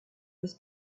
was